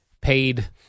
paid